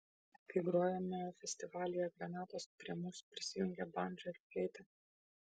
kai grojome festivalyje granatos prie mūsų prisijungė bandža ir fleita